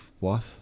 wife